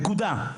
נקודה.